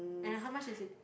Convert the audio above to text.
and how much is it